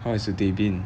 how has your day been